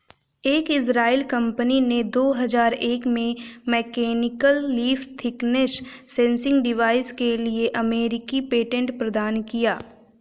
एक इजरायली कंपनी ने दो हजार एक में mechanical leaf thickness sensing device के लिए अमेरिकी पेटेंट प्रदान किया